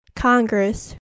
Congress